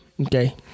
Okay